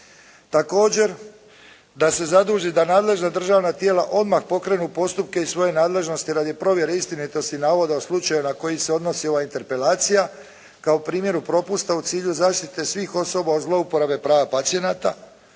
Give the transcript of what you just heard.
Također da se zaduži da nadležna državna tijela odmah pokrenu postupke iz svoje nadležnosti radi provjere istinitosti navoda o slučaju na koji se odnosi ova interpelacija kao primjeru propusta u cilju zaštite svih osoba od zlouporabe prava pacijenata.